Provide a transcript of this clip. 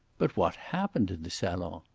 but what happened in the salon?